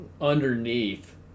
underneath